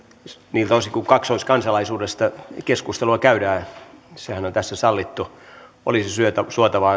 niiltä osin kuin kaksoiskansalaisuudesta keskustelua käydään sehän on tässä sallittu sen olisi suotavaa